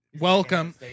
Welcome